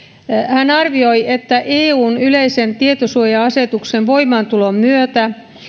hän arvioi että eun yleisen tietosuoja asetuksen voimaantulon myötä